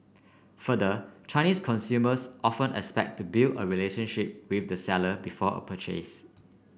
further Chinese consumers often expect to build a relationship with the seller before a purchase